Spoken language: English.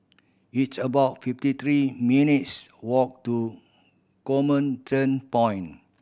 it's about fifty three minutes' walk to Comment Point